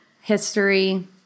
history